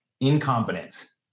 incompetence